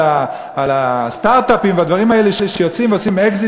על הסטרט-אפים ועל הדברים האלה שיוצאים ועושים אקזיט